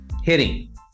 hitting